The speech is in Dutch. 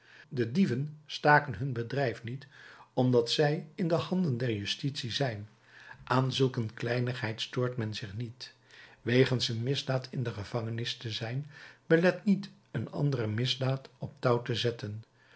de dieven staken hun bedrijf niet omdat zij in de handen der justitie zijn aan zulk een kleinigheid stoort men zich niet wegens een misdaad in de gevangenis te zijn belet niet een andere misdaad op touw te zetten